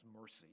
mercy